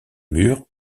murs